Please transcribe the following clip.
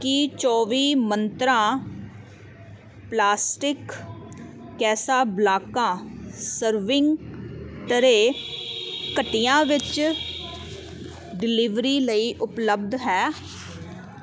ਕੀ ਚੌਵੀ ਮੰਤਰਾਂ plastic Casablanca serving tray ਘੰਟਿਆਂ ਵਿੱਚ ਡਿਲੀਵਰੀ ਲਈ ਉਪਲੱਬਧ ਹੈ